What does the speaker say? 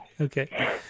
Okay